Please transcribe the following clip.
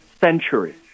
century